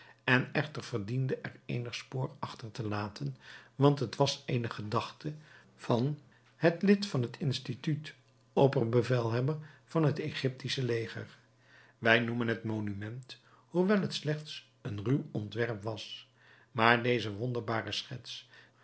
en echter verdiende er eenig spoor achter te laten want het was eene gedachte van het lid van het instituut opperbevelhebber van het egyptische leger wij noemen het monument hoewel het slechts een ruw ontwerp was maar deze wonderbare schets